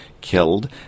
killed